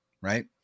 right